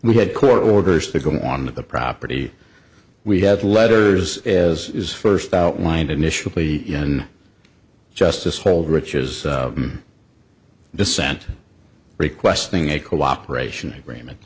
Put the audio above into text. we had court orders to go on the property we had letters as is first outlined initially in justice hold rich's dissent requesting a cooperation agreement